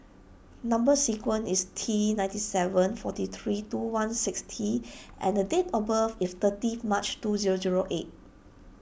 Number Sequence is T ninety seven forty three two one six T and the date of birth is thirty March two zero zero eight